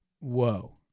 whoa